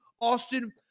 Austin